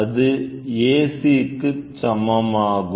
இது AC க்குச் சமமாகும்